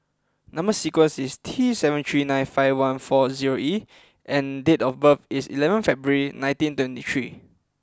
number sequence is T seven three nine five one four zero E and date of birth is eleven February nineteen twenty three